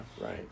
right